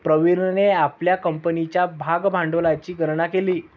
प्रवीणने आपल्या कंपनीच्या भागभांडवलाची गणना केली